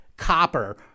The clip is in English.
copper